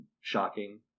shocking